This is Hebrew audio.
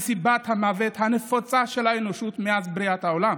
היא סיבת המוות הנפוצה של האנושות מאז בריאת העולם.